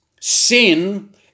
Sin